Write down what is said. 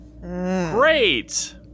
Great